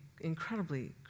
incredibly